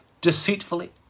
deceitfully